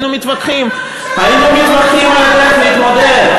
היינו מתווכחים, אנחנו הממשלה או אתם הממשלה?